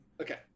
Okay